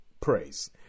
praise